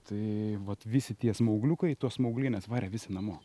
tai vat visi tie smaugliukai tos smauglinės varė visi namo